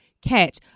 catch